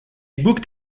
booked